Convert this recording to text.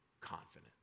confident